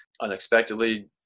unexpectedly